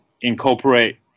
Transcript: incorporate